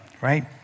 right